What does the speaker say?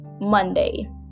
Monday